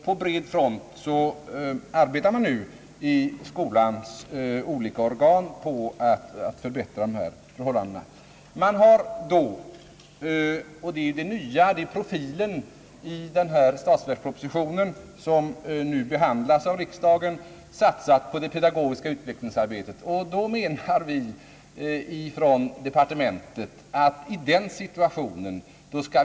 På bred front arbetar man nu i skolans olika organ på att förbättra dessa förhållanden. Man har — det är det nya, profilen i den statsverksproposition som nu behandlas av riksdagen — satsat på det pedagogiska utvecklingsarbetet. I den situationen, menar vi inom departementet, skall vi satsa resurserna och Ang.